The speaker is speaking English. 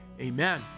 amen